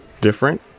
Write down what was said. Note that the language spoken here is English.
Different